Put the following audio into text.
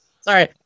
sorry